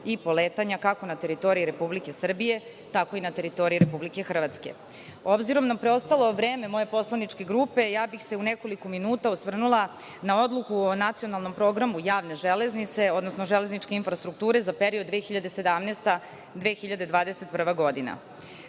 i poletanja kako na teritoriji Republike Srbije tako i na teritoriji Republike Hrvatske. Obzirom na preostalo vreme moje poslaničke grupe, ja bih se u nekoliko minuta osvrnula na odluku o nacionalnom programu javne železnice, odnosno železničke infrastrukture za period 2017-20121. godina. Prema